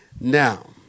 Now